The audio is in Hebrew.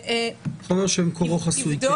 -- חומר שבמקורו חסוי.